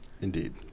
Indeed